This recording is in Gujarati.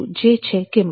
જે છે કિંમત